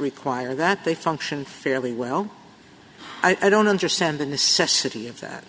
require that they function fairly well i don't understand the necessity of that